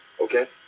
okay